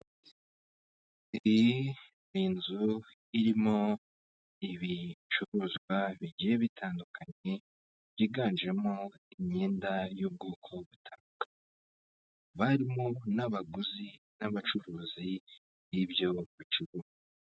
Iyi ni inzu irimo ibicuruzwa bigiye bitandukanye byiganjemo imyenda y'ubwoko butandukanye barimo n'abaguzi n'abacuruzi n'ibyo mucurugo.